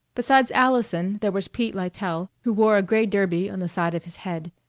besides allison there was pete lytell, who wore a gray derby on the side of his head.